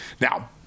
Now